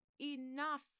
enough